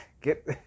get